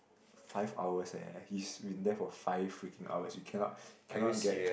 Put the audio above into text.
five hours eh he's been there for five freaking hours you cannot cannot get